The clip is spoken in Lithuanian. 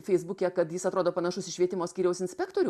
feisbuke kad jis atrodo panašus į švietimo skyriaus inspektorių